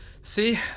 See